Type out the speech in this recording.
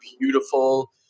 beautiful